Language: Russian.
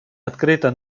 открыто